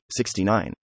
69